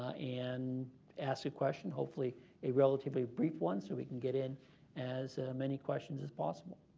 and ask a question-hopefully a relatively brief one, so we can get in as many questions as possible.